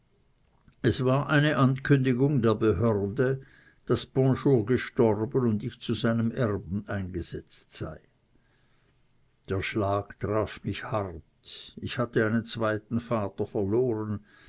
es war eine ankündigung der behörde daß bonjour gestorben und ich zu seinem erben eingesetzt sei der schlag traf mich hart ich hatte einen zweiten vater verloren